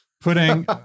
Putting